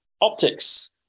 optics